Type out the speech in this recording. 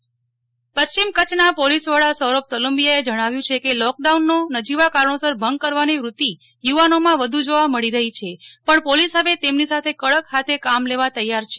Kutch SP પશ્ચિમ કચ્છના police વડા સૌરભ તોલંબિયા એ જણાવ્યું છે કે લોક ડાઉન નો નજીવા કારણોસર ભંગ કરવાની વૃત્તિ યુવાનો માં વધુ જોવા મળી રહી છે પણ પોલીસ હવે તેમની સાથે કડક હાથે કામ લેવા તૈયાર છે